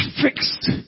fixed